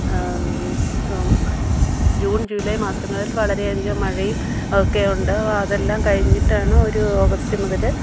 June July മാസങ്ങളിൽ വളരെയധികം മഴയും ഒക്കെയുണ്ട് അതെല്ലാം കഴിഞ്ഞിട്ടാണ് ഒരു ഓഗസ്റ്റ് മുതൽ